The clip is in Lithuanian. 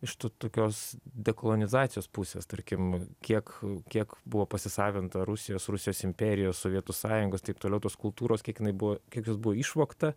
iš tų tokios dekolonizacijos pusės tarkim kiek kiek buvo pasisavinta rusijos rusijos imperijos sovietų sąjungos taip toliau tos kultūros kiek jinai buvo kiek jos buvo išvogta